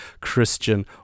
christian